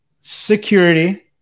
security